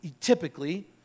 typically